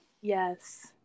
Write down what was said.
yes